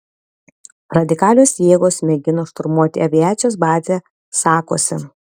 radikalios jėgos mėgino šturmuoti aviacijos bazę sakuose